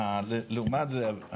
לעומת זה,